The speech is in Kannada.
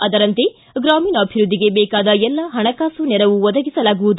ಅದರಂತೆ ಗ್ರಮೀಣಾಭಿವೃದ್ಧಿಗೆ ಬೇಕಾದ ಎಲ್ಲ ಹಣಕಾಸು ಒದಗಿಸಲಾಗುವುದು